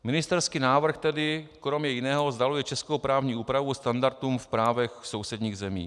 Ministerský návrh tedy kromě jiného vzdaluje českou právní úpravu standardům v právech sousedních zemí.